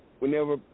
Whenever